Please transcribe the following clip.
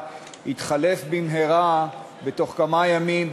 כמו שאתם יודעים,